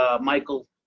Michael